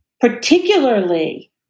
particularly